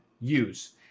use